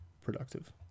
productive